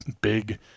big